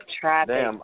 traffic